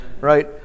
right